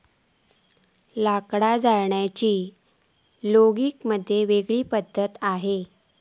लाकडा जाळण्याचो लोगिग मध्ये वेगळी पद्धत असा